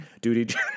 Duty